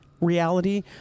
reality